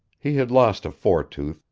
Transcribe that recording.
he had lost a fore tooth,